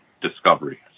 Discovery